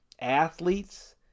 athletes